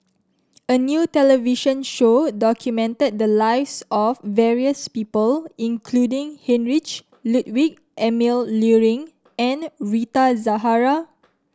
a new television show documented the lives of various people including Heinrich Ludwig Emil Luering and Rita Zahara